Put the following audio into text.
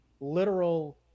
literal